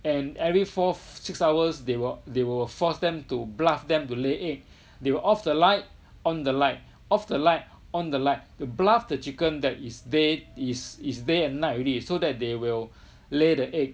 and every four six hours they will they will force them to bluff them to lay egg they will off the light on the light off the light on the light to bluff the chicken that is day is is day and night already so that they will lay the egg